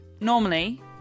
normally